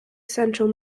central